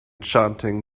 chanting